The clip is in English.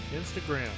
Instagram